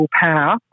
power